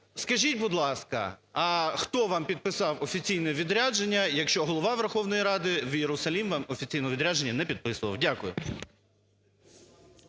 скажіть, будь ласка, а хто вам підписав офіційне відрядження, якщо Голова Верховної Ради в Єрусалим вам офіційно відрядження не підписував? Дякую.